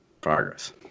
progress